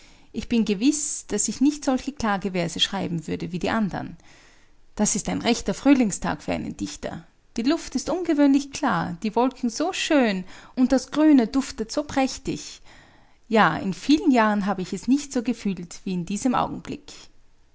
ich bin gewiß daß ich nicht solche klageverse schreiben würde wie die andern das ist ein rechter frühlingstag für einen dichter die luft ist ungewöhnlich klar die wolken so schön und das grüne duftet so prächtig ja in vielen jahren habe ich es nicht so gefühlt wie in diesem augenblick